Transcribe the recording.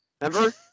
remember